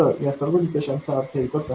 तर या सर्व निकषांचा अर्थ एकच आहे